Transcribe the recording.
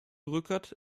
rückert